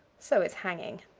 so is hanging.